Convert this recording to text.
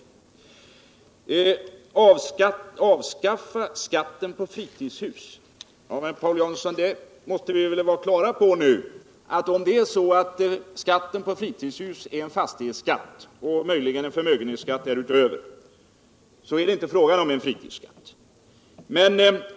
Paul Jansson talade om att avskafta skatten på fritidshus. Men vi måste väl vara på det klara med att skatten på triudshus är en fastighetsskatt - möjligen också en förmögenhetsskatt därutöver — det är inte fråga om en fritidsskatt.